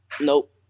Nope